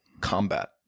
combat